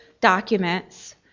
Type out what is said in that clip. documents